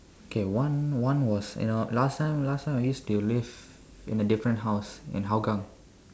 K one one was you know last time last time I used to live in a different house in Hougang